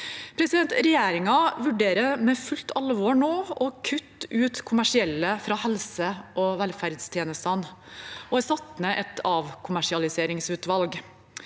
Regjeringen vurderer nå på fullt alvor å kutte ut kommersielle fra helse- og velferdstjenestene, og det er satt ned et avkommersialiseringsutvalg.